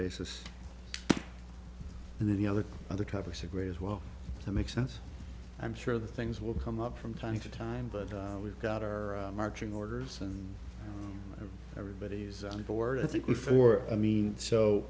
basis and then the other other topics agree as well that makes sense i'm sure that things will come up from time to time but we've got our marching orders and everybody's on board i think before i mean so